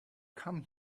come